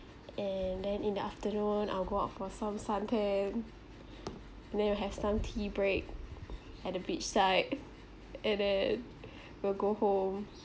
and then in the afternoon I'll go out for some suntan and then you have some tea break at the beach side and then we'll go home